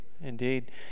indeed